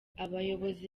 abayobozi